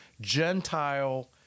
Gentile